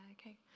Okay